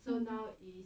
mm